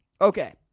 Okay